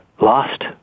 lost